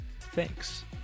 Thanks